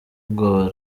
ubwoba